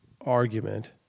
argument